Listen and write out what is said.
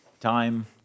time